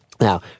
Now